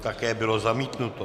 Také bylo zamítnuto.